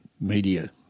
media